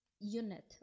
unit